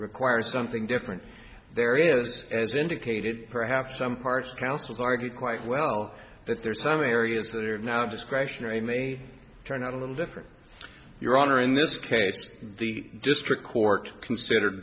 requires something different there is as indicated perhaps some parts councils argued quite well that there are some areas that are not discretionary may turn out a little different your honor in this case the district court considered